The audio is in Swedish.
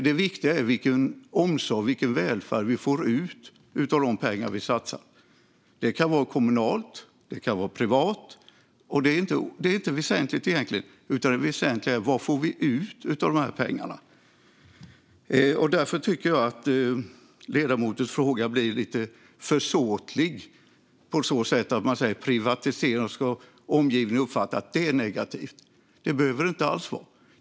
Det viktiga är vilken omsorg och vilken välfärd vi får ut av de pengar vi satsar; det kan vara kommunalt eller privat. Det är inte väsentligt egentligen, utan det väsentliga är vad vi får ut av pengarna. Därför tycker jag att ledamotens fråga blir lite försåtlig på så sätt att man talar om privatisering på ett sätt så att omgivningen ska uppfatta att det är negativt. Det behöver det inte alls vara.